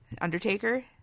undertaker